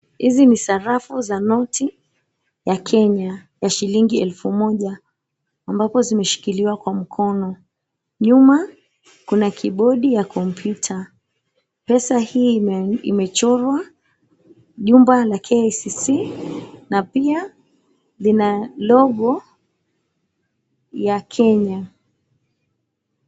Hizi ni sarafu za noti ya Kenya ya shilingi elfu moja, ambapo zimeshikiliwa kwa mkono. Nyuma kuna kibodi ya kompyuta. Pesa hii imechorwa jumba la KICC, na pia ina logo ya Kenya.